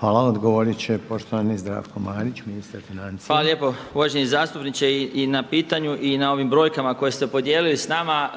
Hvala odgovoriti će poštovani Zdravko Marić, ministar financija. **Marić, Zdravko** Hvala lijepo uvaženi zastupniče i na pitanju i na ovim brojkama koje ste podijelili s nama.